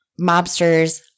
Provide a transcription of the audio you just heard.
mobsters